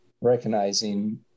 recognizing